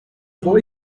boy